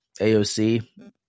AOC